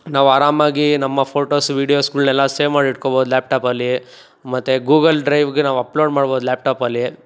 ನಾವು ಆರಾಮಾಗಿ ನಮ್ಮ ಫೋಟೋಸ್ ವೀಡೀಯೋಸ್ಗಳ್ನೆಲ್ಲ ಸೇವ್ ಮಾಡಿಟ್ಕೋಬೋದು ಲ್ಯಾಪ್ಟಾಪಲ್ಲಿ ಮತ್ತೆ ಗೂಗಲ್ ಡ್ರೈವ್ಗೆ ನಾವು ಅಪ್ಲೋಡ್ ಮಾಡ್ಬೋದು ಲ್ಯಾಪ್ಟಾಪಲ್ಲಿ